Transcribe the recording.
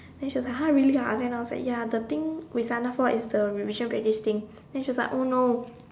then she was !huh! like really ah then I was like ya the thing we sign up for is the revision package thing then she was like oh no